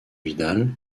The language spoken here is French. vidal